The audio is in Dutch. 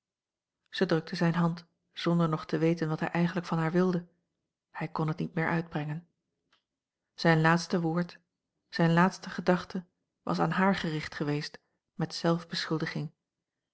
zij drukte zijne hand zonder nog te weten wat hij eigenlijk van haar wilde hij kon het niet meer uitbrengen zijn laatste woord zijne laatste gedachte was aan haar gericht geweest met